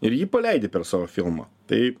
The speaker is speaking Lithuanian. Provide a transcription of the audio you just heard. ir jį paleidi per savo filmą tai